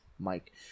Mike